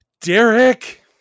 Derek